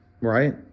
right